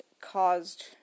caused